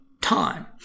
time